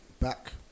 back